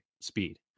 speed